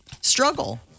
struggle